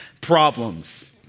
problems